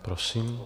Prosím.